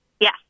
Yes